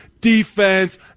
defense